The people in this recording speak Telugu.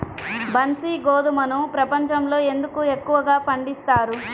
బన్సీ గోధుమను ప్రపంచంలో ఎందుకు ఎక్కువగా పండిస్తారు?